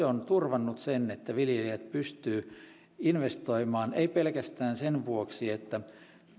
on turvannut sen että viljelijät pystyvät investoimaan ei pelkästään sen vuoksi että